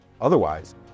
Otherwise